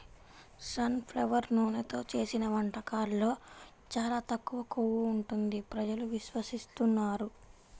sun flower నూనెతో చేసిన వంటకాల్లో చాలా తక్కువ కొవ్వు ఉంటుంది ప్రజలు విశ్వసిస్తున్నారు